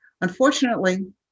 Unfortunately